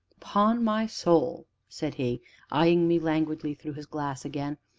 pon my soul! said he, eyeing me languidly through his glass again,